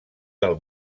del